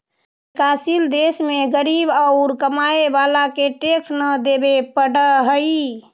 विकासशील देश में गरीब औउर कमाए वाला के टैक्स न देवे पडऽ हई